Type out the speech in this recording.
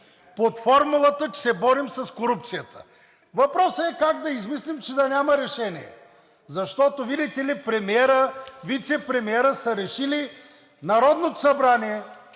Под формулата, че се борим с корупцията. Въпросът е как да измислим, че да няма решение?! Защото, видите ли, премиерът, вицепремиерът са решили Народното събрание,